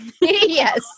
yes